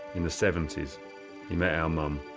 in the seventy s, he met our mum.